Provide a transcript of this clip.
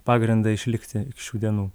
pagrindą išlikti šių dienų